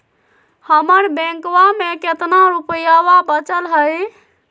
हमर बैंकवा में कितना रूपयवा बचल हई?